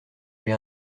j’ai